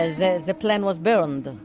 ah the the plane was burned.